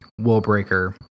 Willbreaker